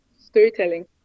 Storytelling